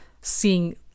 seeing